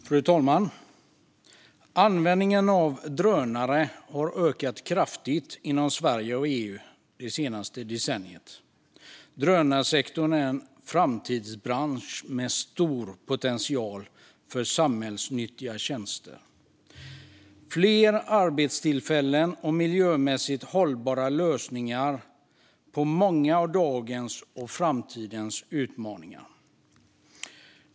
Fru talman! Användningen av drönare har ökat kraftigt inom Sverige och EU under det senaste decenniet. Drönarsektorn är en framtidsbransch med stor potential när det gäller samhällsnyttiga tjänster, fler arbetstillfällen och miljömässigt hållbara lösningar på många av dagens och framtidens utmaningar.